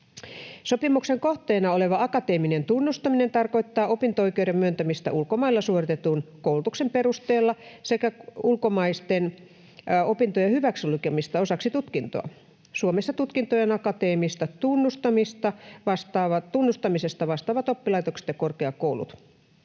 Sopimuksen kohteena oleva akateeminen tunnustaminen tarkoittaa opinto-oikeuden myöntämistä ulkomailla suoritetun koulutuksen perusteella sekä ulkomaisten opintojen hyväksilukemista osaksi tutkintoa. Suomessa tutkintojen akateemisesta tunnustamisesta vastaavat oppilaitokset ja korkeakoulut.